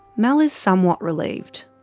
mel is somewhat relieved.